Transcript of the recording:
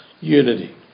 unity